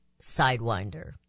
Sidewinder